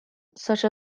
such